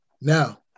Now